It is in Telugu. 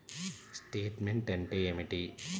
స్టేట్మెంట్ అంటే ఏమిటి?